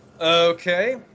Okay